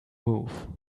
move